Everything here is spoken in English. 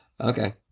Okay